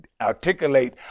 articulate